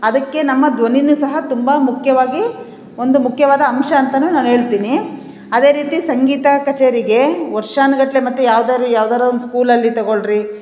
ಅದಕ್ಕೆ ನಮ್ಮ ಧ್ವನಿನೂ ಸಹ ತುಂಬ ಮುಖ್ಯವಾಗೀ ಒಂದು ಮುಖ್ಯವಾದ ಅಂಶ ಅಂತಾನೂ ನಾನು ಹೇಳ್ತಿನಿ ಅದೇ ರೀತಿ ಸಂಗೀತ ಕಛೇರಿಗೆ ವರ್ಷಾನು ಗಟ್ಟಲೇ ಮತ್ತು ಯಾವ್ದಾದ್ರು ಯಾವ್ದಾರ ಒಂದು ಸ್ಕೂಲಲ್ಲಿ ತಗೊಳ್ಳಿರಿ